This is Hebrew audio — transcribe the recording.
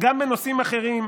וגם בנושאים אחרים.